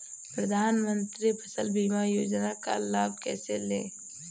प्रधानमंत्री फसल बीमा योजना का लाभ कैसे लें?